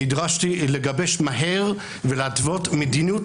נדרשתי לגבש מהר ולהתוות מדיניות